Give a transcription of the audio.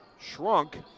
shrunk